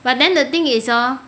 but then the thing is hor